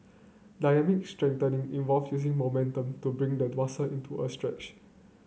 dynamic stretching involve using momentum to bring the muscle into a stretch